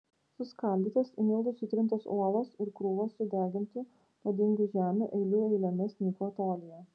suskaldytos į miltus sutrintos uolos ir krūvos sudegintų nuodingų žemių eilių eilėmis nyko tolyje